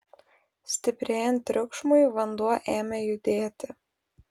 stiprėjant triukšmui vanduo ėmė judėti